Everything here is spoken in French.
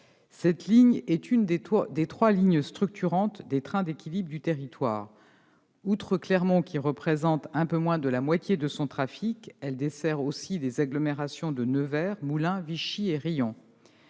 Cette ligne est l'une des trois lignes structurantes des trains d'équilibre du territoire. Outre Clermont-Ferrand, qui représente un peu moins de la moitié de son trafic, elle dessert aussi les agglomérations de Nevers, Moulins, Vichy et Riom.